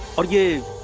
are you